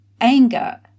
Anger